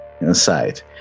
inside